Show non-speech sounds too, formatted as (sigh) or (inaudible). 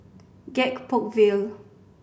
Gek Poh (unintelligible) Ville